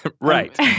Right